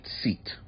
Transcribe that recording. seat